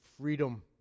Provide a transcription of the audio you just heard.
freedom